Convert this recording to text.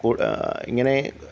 ഇങ്ങനെ